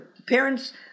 Parents